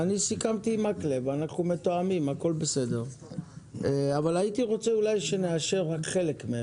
מצד אחד אני מאוד מתחברת לרצון להעביר את החוק הזה,